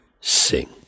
sing